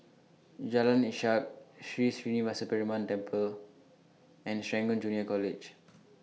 Jalan Ishak Sri Srinivasa Perumal Temple and Serangoon Junior College